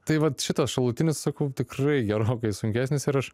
tai vat šito šalutinis sakau tikrai gerokai sunkesnis ir aš